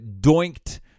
doinked